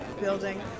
building